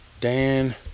Dan